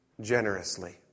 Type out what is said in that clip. generously